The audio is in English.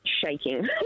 shaking